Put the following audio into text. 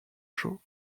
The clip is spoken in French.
chauds